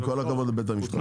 עם כל הכבוד לבית המשפט.